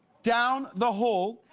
down the hall